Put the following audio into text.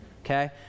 Okay